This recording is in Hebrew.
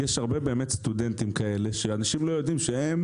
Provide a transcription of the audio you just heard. כי יש הרבה סטודנטים כאלה שאנשים לא יודעים שהם